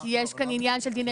כי יש כאן עניין של דיני